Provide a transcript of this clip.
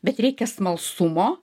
bet reikia smalsumo